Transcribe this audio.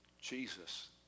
Jesus